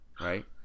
right